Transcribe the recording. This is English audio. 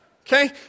Okay